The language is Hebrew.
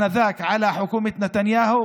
חבר הכנסת סעדי ראשון.